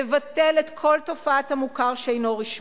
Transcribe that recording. לבטל את כל תופעת המוכר שאינו רשמי.